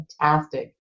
fantastic